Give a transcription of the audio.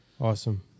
awesome